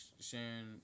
sharing